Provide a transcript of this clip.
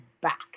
back